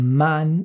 man